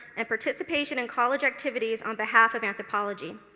and participation in college activities on behalf of anthropology.